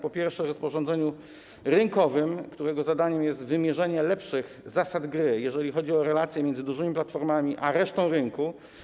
Po pierwsze, na rozporządzeniu rynkowym, którego zadaniem jest wymierzenie lepszych zasad gry, jeśli chodzi o relacje między dużymi platformami a resztą rynku.